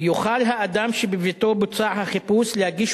יוכל האדם שבביתו בוצע החיפוש להגיש